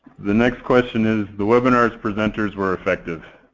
the next question is the webinar's presenters were effective.